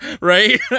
Right